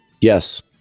Yes